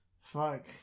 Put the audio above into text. Fuck